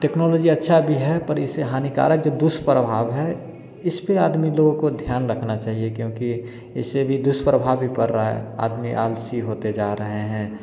technology अच्छा भी है पर इसे हानिकारक जो दुष्प्रभाव है इसपरपे आदमी लोगों को ध्यान रखना चाहिए क्योंकि इसे भी दुष्प्रभाव भी पड़ रहा है आदमी आलसी होते जा रहे हैं